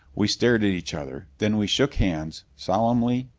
we stared at each other. then we shook hands, solemnly,